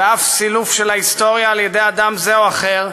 ושום סילוף של ההיסטוריה על-ידי אדם זה או אחר,